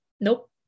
Nope